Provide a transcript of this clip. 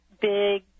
big